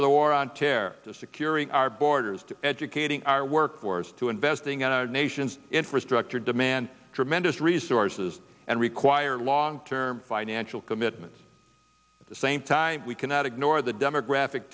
to the war on terror to securing our borders to educating our workforce to investing in our nation's infrastructure demand tremendous resources and require long term financial commitments at the same time we cannot ignore the demographic